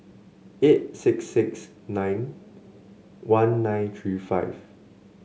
eight six six nine one nine three five